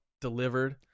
delivered